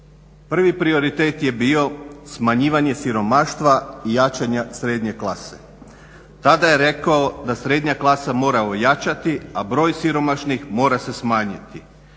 Prvi prioritet je bio smanjivanje siromaštva i jačanja srednje klase. Tada je rekao da srednja klasa mora ojačati, a broj siromašnih mora se smanjiti.